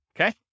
okay